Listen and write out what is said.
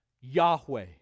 Yahweh